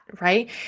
right